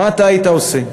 מה אתה היית עושה?